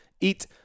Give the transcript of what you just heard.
eat